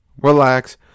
relax